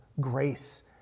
grace